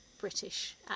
British